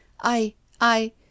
I—I—